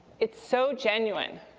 it's so genuine.